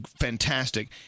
fantastic